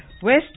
West